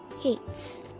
hates